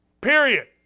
Period